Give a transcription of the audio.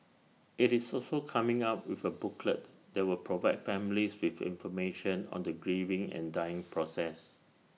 IT is also coming up with A booklet that will provide families with information on the grieving and dying process